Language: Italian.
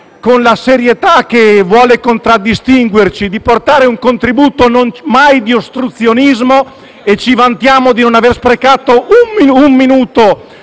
con la serietà che vuole contraddistinguerci, di portare un contributo senza fare mai ostruzionismo. Ci vantiamo di non aver sprecato un minuto